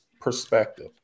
perspective